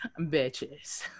Bitches